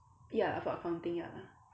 ya for accounting ya lah